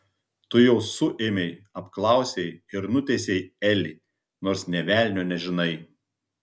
tu jau suėmei apklausei ir nuteisei elį nors nė velnio nežinai